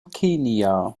kenia